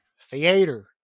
Theater